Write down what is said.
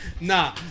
nah